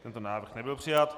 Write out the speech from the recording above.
Tento návrh nebyl přijat.